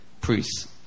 priests